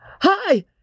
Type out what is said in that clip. Hi